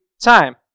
time